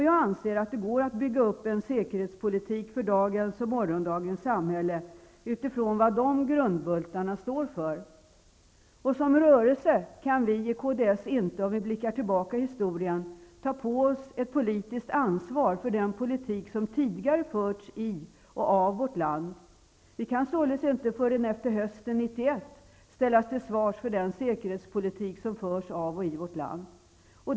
Jag anser att det går att bygga upp en säkerhetspolitik för dagens och morgondagens samhälle utifrån vad de grundbultarna står för. Som rörelse kan vi i kds inte, om vi blickar tillbaka i historien, ta på oss ett politiskt ansvar för den politik som tidigare förts i och av vårt land. Vi kan således inte förrän efter hösten 1991 ställas till svars för den säkerhetspolitik som förs av och i vårt land.